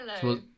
Hello